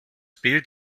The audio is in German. bild